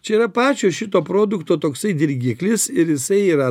čia yra pačio šito produkto toksai dirgiklis ir jisai yra